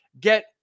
Get